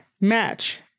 match